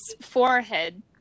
forehead